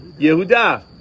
Yehuda